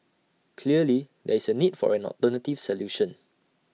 clearly there is A need for an alternative solution